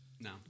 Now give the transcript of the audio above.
no